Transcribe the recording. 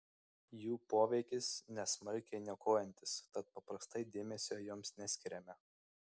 jų poveikis nesmarkiai niokojantis tad paprastai dėmesio joms neskiriame